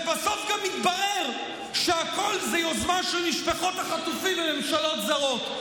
ובסוף גם מתברר שהכול זה יוזמה של משפחות החטופים וממשלות זרות.